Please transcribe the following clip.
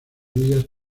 villas